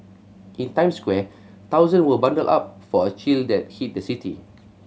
in Times Square thousands were bundled up for a chill that hit the city